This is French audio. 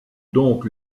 donc